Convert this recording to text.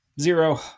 zero